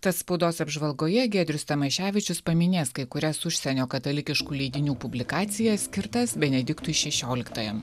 tad spaudos apžvalgoje giedrius tamaševičius paminės kai kurias užsienio katalikiškų leidinių publikacijas skirtas benediktui šešioliktajam